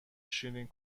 شیرین